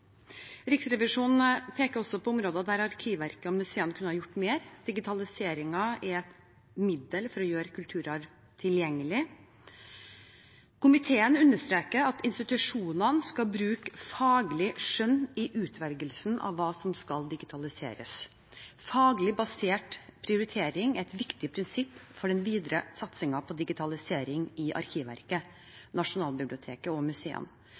Riksrevisjonen peker også på områder der Arkivverket og museene kunne ha gjort mer. Digitaliseringen er et middel for å gjøre kulturarv tilgjengelig. Komiteen understreker at institusjonene skal bruke faglig skjønn i utvelgelsen av hva som skal digitaliseres. Faglig basert prioritering er et viktig prinsipp for den videre satsingen på digitalisering i Arkivverket, Nasjonalbiblioteket og museene.